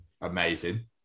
amazing